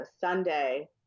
Sunday